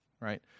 Right